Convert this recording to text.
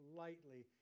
lightly